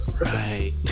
Right